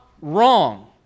wrong